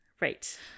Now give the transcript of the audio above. Right